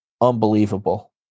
unbelievable